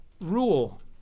rule